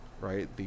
Right